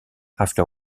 after